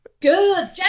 Good